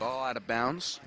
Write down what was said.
ball out of bounds